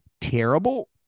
terrible